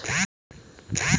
ऋण की शर्तें क्या हैं?